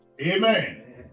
Amen